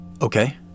Okay